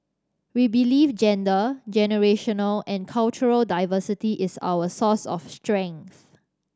we believe gender generational and cultural diversity is our source of strength